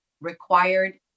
required